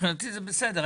מבחינתי זה בסדר.